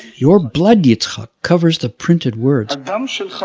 your blood, yitzhak, covers the printed words. um so